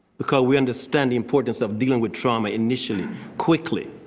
because we understand importance of dealing with trauma, initially quickly.